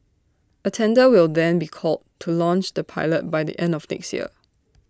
A tender will then be called to launch the pilot by the end of next year